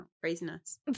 Craziness